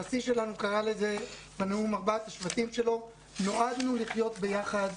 הנשיא שלנו קרא לזה בנאום "ארבעת השבטים" שלו: "נועדנו לחיות ביחד,